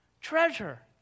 treasure